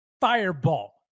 fireball